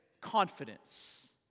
confidence